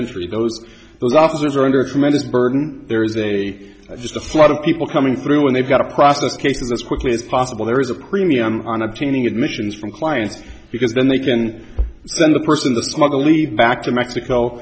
entry those those officers are under a tremendous burden there is a just a flood of people coming through and they've got a process cases as quickly as possible there is a premium on obtaining admissions from clients because then they can send the person the smuggler lead back to mexico